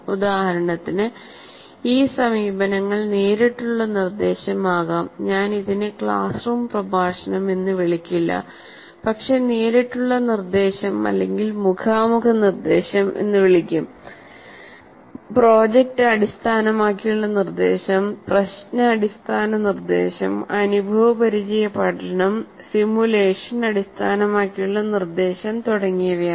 ഉദാഹരണത്തിന് ഈ സമീപനങ്ങൾ നേരിട്ടുള്ള നിർദ്ദേശം ആകാം ഞാൻ ഇതിനെ ക്ലാസ് റൂം പ്രഭാഷണം എന്ന് വിളിക്കില്ല പക്ഷേ നേരിട്ടുള്ള നിർദ്ദേശം അല്ലെങ്കിൽ മുഖാമുഖ നിർദ്ദേശം പ്രോജക്റ്റ് അടിസ്ഥാനമാക്കിയുള്ള നിർദ്ദേശം പ്രശ്ന അടിസ്ഥാന നിർദ്ദേശം അനുഭവപരിചയ പഠനം സിമുലേഷൻ അടിസ്ഥാനമാക്കിയുള്ള നിർദ്ദേശം തുടങ്ങിയവയാണ്